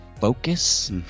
focus